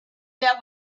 that